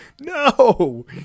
no